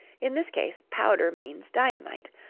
in this case powder means dynamite,